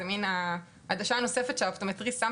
זו מן העדשה הנוספת שאופטומטריסט שם